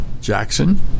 Jackson